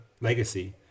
Legacy